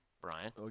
Brian